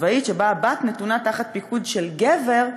הצבאית שבה הבת נתונה תחת פיקוד של גבר",